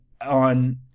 on